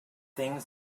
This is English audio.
things